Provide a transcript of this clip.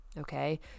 Okay